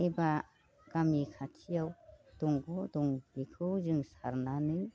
एबा गामि खाथियाव दंग' दं बेखौ जों सारनानै